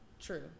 True